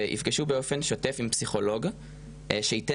וייפגשו באופן שוטף עם פסיכולוג שייתן